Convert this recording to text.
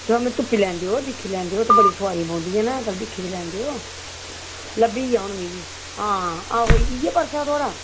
ते मिगी तुप्पी लैन देओ दिक्खी लैन देओ ते बड़ी सोआरियां बौंह्दियां न ते दिक्खी लैन देओ लब्भी गेआ हून मिगी हां आहो इ'यै पर्स हा थुआढ़ा